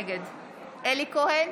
נגד אלי כהן,